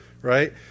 right